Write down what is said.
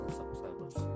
Subscribers